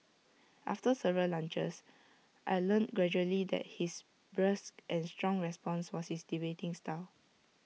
after several lunches I learnt gradually that his brusque and strong response was his debating style